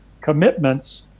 commitments